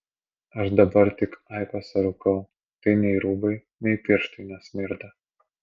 aš dabar tik aikosą rūkau tai nei rūbai nei pirštai nesmirda